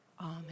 Amen